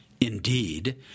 Indeed